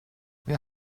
wir